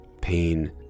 pain